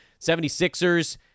76ers